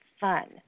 fun